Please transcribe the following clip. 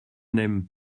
n’aime